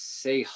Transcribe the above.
say